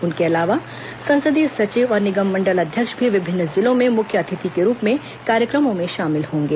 उनके अलावा संसदीय सचिव और निगम मंडल अध्यक्ष भी विभिन्न जिलों में मुख्य अतिथि के रूप में कार्यक्रमो में शामिल होंगे